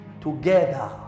Together